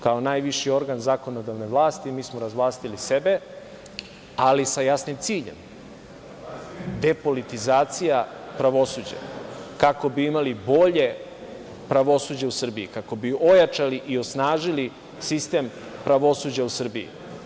Kao najviši organ zakonodavne vlasti, mi smo razvlastili sebe, ali sa jasnim ciljem – depolitizacija pravosuđa, kako bi imali bolje pravosuđe u Srbiji, kako bi ojačali i osnažili sistem pravosuđa u Srbiji.